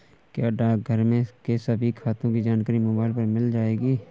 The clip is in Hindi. क्या डाकघर के सभी खातों की जानकारी मोबाइल पर मिल जाएगी?